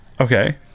Okay